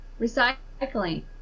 Recycling